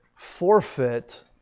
forfeit